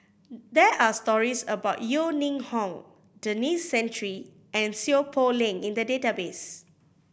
there are stories about Yeo Ning Hong Denis Santry and Seow Poh Leng in the database